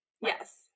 Yes